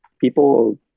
people